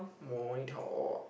monitor